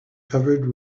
covered